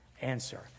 answer